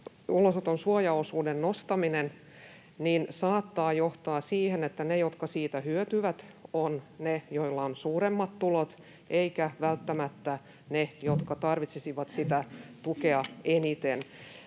ulosoton suojaosuuden nostaminen saattaa johtaa siihen, että ne, jotka siitä hyötyvät, ovat ne, joilla on suuremmat tulot, eivätkä välttämättä ne, jotka tarvitsisivat sitä tukea eniten.